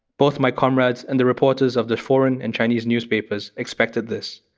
both my comrades and the reporters of the foreign and chinese newspapers expected this.